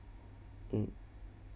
mm